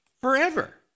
forever